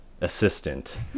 assistant